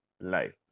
life